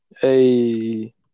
Hey